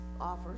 offers